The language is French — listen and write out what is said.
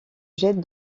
jette